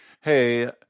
hey